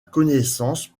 connaissance